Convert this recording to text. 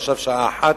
עכשיו השעה 01:00,